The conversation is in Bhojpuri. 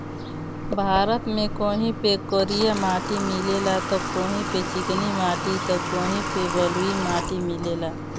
भारत में कहीं पे करिया माटी मिलेला त कहीं पे चिकनी माटी त कहीं पे बलुई माटी मिलेला